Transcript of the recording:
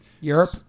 Europe